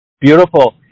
Beautiful